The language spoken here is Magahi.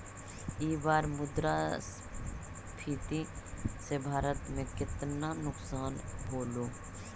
ई बार मुद्रास्फीति से भारत में केतना नुकसान होलो